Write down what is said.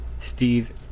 Steve